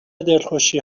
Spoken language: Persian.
دلخوشی